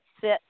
sit